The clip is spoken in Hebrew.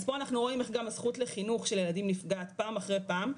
אז פה אנחנו רואים איך גם הזכות לחינוך של ילדים נפגעת פעם אחרי פעם,